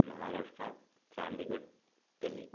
Maharashtra Chandigarh Delhi